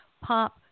pop